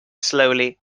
slowly